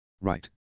Right